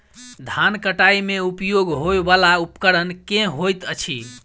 धान कटाई मे उपयोग होयवला उपकरण केँ होइत अछि?